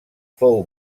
fou